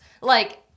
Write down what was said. Like-